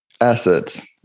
assets